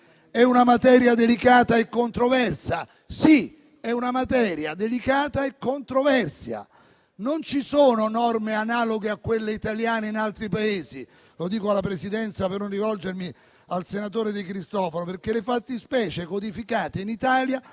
È una materia delicata e controversa? Sì: è una materia delicata e controversa. Non ci sono norme analoghe a quelle italiane in altri Paesi - e lo dico alla Presidenza, per non rivolgermi al senatore De Cristofaro - perché le fattispecie codificate in Italia